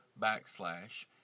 backslash